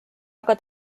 aga